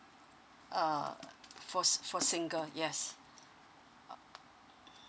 uh for for single yes uh